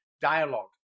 Dialogue